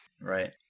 Right